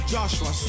Joshua